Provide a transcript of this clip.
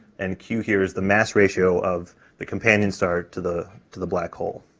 and q here is the mass ratio of the companion star to the, to the black hole.